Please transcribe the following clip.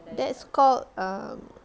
that's called um